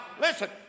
listen